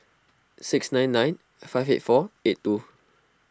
six nine nine five eight four eight two